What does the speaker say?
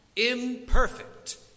imperfect